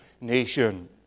nation